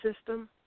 system